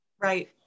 right